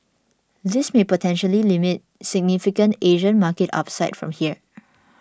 this may potentially limit significant Asian market upside from here